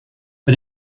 bei